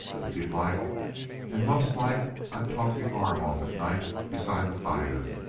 if you'd like and most like i'll talk your arm off at night beside the fire.